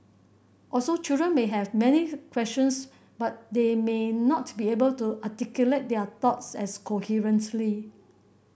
also children may have many questions but they may not be able to articulate their thoughts as coherently